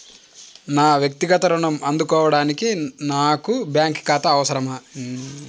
నా వక్తిగత ఋణం అందుకోడానికి నాకు బ్యాంక్ ఖాతా అవసరమా?